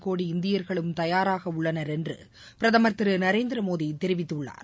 கோடி இந்தியர்களும் தயாராக உள்ளனர் என்று பிரதமர் திரு நரேந்திரமோடி தெரிவித்துள்ளார்